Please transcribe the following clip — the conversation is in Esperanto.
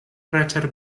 preter